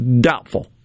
Doubtful